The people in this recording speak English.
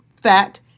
fat